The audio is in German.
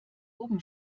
oben